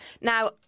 now